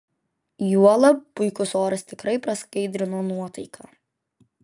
juolab puikus oras tikrai praskaidrino nuotaiką